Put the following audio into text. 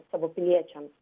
savo piliečiams